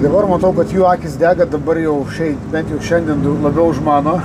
dabar matau kad jo akys dega dabar jau šiaip bent jau šiandien dau labiau už mano